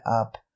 up